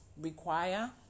require